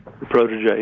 protege